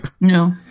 No